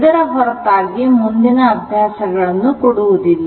ಇದರ ಹೊರತಾಗಿ ಮುಂದಿನ ಅಭ್ಯಾಸಗಳನ್ನು ಕೊಡುವುದಿಲ್ಲ